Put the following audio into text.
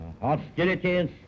Hostilities